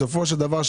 בסופו של דבר,